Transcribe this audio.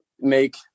make